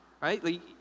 right